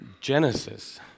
Genesis